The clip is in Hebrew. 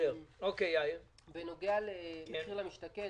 בנוגע ל"מחיר למשתכן",